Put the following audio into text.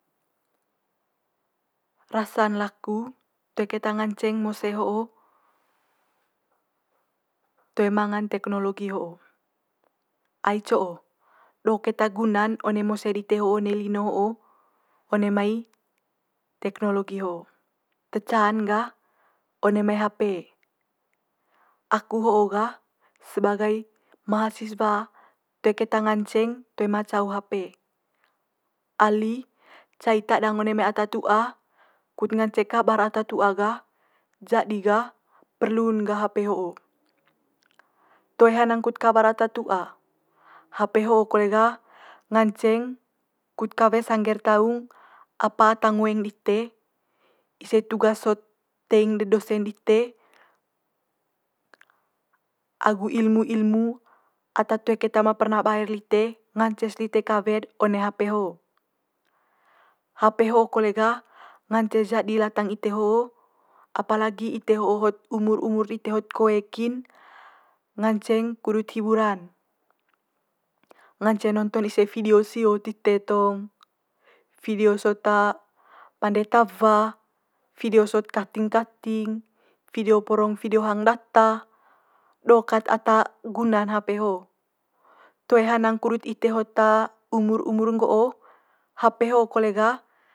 Rasa'n laku toe keta nganceng mose ho'o toe manga'n tekhnologi ho, ai co'o do keta guna'n one mose dite ho one lino ho one mai tekhnologi ho'o. Te ca'n gah one mai hape, aku ho'o gah sebagai mahasiswa toe keta nganceng toe ma cau hape. Ali cai tadang one mai ata tua kut ngance kabar ata tua gah jadi gah perlu'n gah hape ho'o toe hanang kut kabar ata tua hape ho'o kole gah nganceng kut kawe sangge'r taung apa ata ngoeng dite ise tugas sot teing de dosen dite, agu ilmu ilmu ata toe keta ma perna bae'r lite ngance's lite kawe'd one hape ho. Hape ho kole gah ngance jadi latang ite ho apalagi ite ho'o hot umur umur dite hot koe kin nganceng kudut hiburan. Ngance nonton ise vidio sio tite tong vidio sot pande tawa, vidio sot kating kating, vidio porong vidio hang data do kat ata guna'n hape ho toe hanang kudut ite hot umur umur nggo'o hape ho'o kole gah.